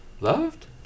Loved